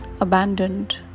abandoned